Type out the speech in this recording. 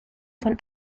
von